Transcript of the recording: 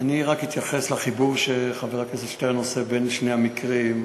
רק אתייחס לחיבור שחבר הכנסת עושה בין שני המקרים,